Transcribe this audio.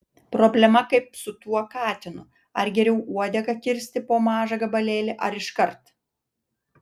problema kaip su tuo katinu ar geriau uodegą kirsti po mažą gabalėlį ar iškart